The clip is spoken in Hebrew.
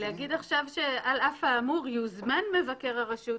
להגיד עכשיו שעל אף האמור יוזמן מבקר הרשות?